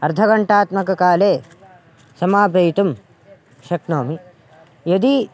अर्धघण्टात्मककाले समापयितुं शक्नोमि यदि